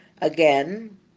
again